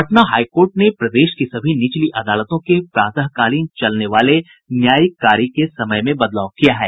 Patna high court ने प्रदेश की सभी निचली अदालतों के प्रातकालीन चलने वाले न्यायिक कार्य के समय में बदलाव किया है